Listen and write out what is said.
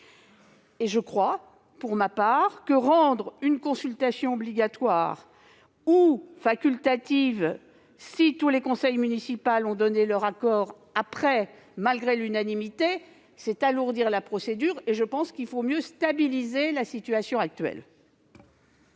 il me semble, pour ma part, que rendre une consultation obligatoire, ou facultative lorsque tous les conseils municipaux ont donné leur accord, malgré l'unanimité, c'est alourdir la procédure. Il vaut mieux stabiliser la situation actuelle.